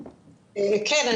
כן,